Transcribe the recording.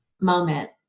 moment